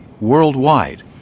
worldwide